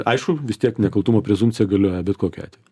aišku vis tiek nekaltumo prezumpcija galioja bet kokiu atveju